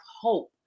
hope